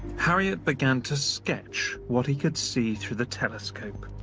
harriot began to sketch what he could see through the telescope.